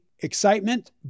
excitement